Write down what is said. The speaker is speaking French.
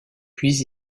puis